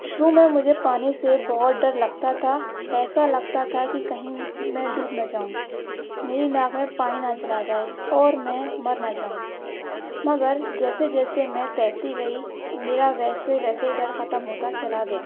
شروع میں مجھے پانی سے بہت ڈر لگتا تھا ایسا لگتا تھا کہ کہیں میں ڈوب نہ جاؤں میری ناک میں پانی نہ چلا جائے اور میں مر نہ جاؤں مگر جیسے جیسے میں تیرتی گئی میرا ویسے ویسے ڈر ختم ہوتا چلا گیا